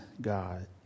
God